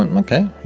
um okay,